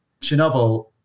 Chernobyl